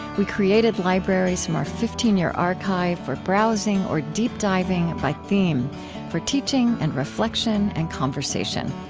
we created libraries from our fifteen year archive for browsing or deep diving by theme for teaching and reflection and conversation.